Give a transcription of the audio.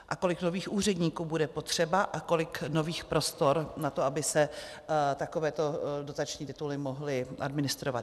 A kolik nových úředníků bude potřeba a kolik nových prostor na to, aby se takovéto dotační tituly mohly administrovat?